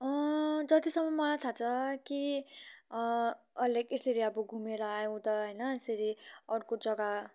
जतिसम्म मलाई थाहा छ कि लाइक यसरी अब घुमेर आउँदा होइन यसरी अर्को जग्गा